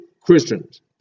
Christians